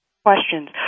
questions